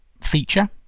feature